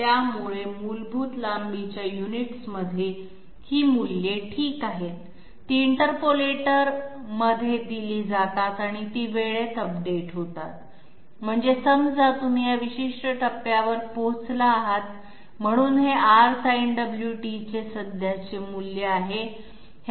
त्यामुळे मूलभूत लांबीच्या युनिट्समध्ये ही मूल्ये ठीक आहेत ती इंटरपोलेटरमध्ये दिली जातात आणि ती वेळेत अपडेट होतात म्हणजे समजा तुम्ही या विशिष्ट टप्प्यावर पोहोचला आहात म्हणून हे R Sinωt चे सध्याचे मूल्य आहे